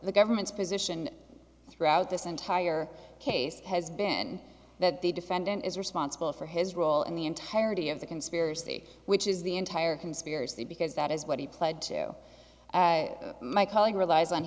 the government's position throughout this entire case has been that the defendant is responsible for his role in the entirety of the conspiracy which is the entire conspiracy because that is what he pled to my calling relies on